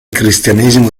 cristianesimo